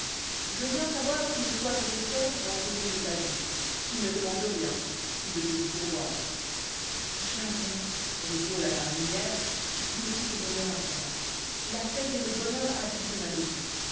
je viens savoir si le choix que j'ai fait rend heureuse ta vie s'il ne te manque rien si je peux y pourvoir jamais répond la jardinière vous ne fîtes meilleure affaire la paix et le bonheur habitent ma maison